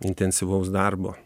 intensyvaus darbo